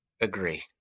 agree